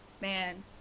man